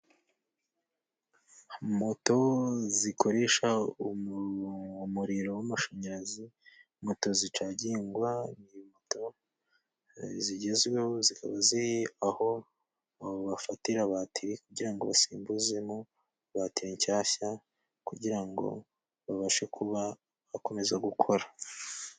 Moto zikoresha umuriro w'amashanyarazi, moto zicagingwa, ni moto zigezweho. Zikaba ziri aho bafatira batiri kugira ngo basimbuzemo batiri nshyashya, kugira ngo babashe kuba bakomeza gukora.